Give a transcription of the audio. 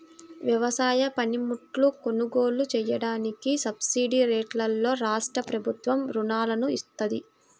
వ్యవసాయ పనిముట్లు కొనుగోలు చెయ్యడానికి సబ్సిడీరేట్లలో రాష్ట్రప్రభుత్వం రుణాలను ఇత్తంది